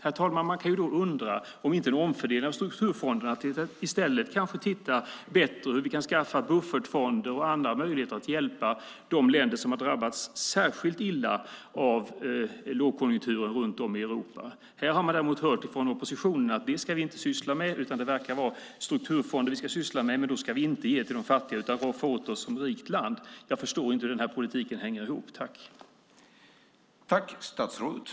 Då kan man fundera, herr talman, på en omfördelning av strukturfonderna genom att i stället kanske titta på hur vi kan skaffa buffertfonder och andra möjligheter att hjälpa de länder runt om i Europa som drabbats särskilt hårt av lågkonjunkturen. Här har vi dock hört från oppositionen att vi inte ska syssla med det utan det verkar vara strukturfonder vi ska syssla med, men då ska vi inte ge till de fattiga utan roffa åt oss som rikt land. Jag förstår inte hur den politiken hänger ihop.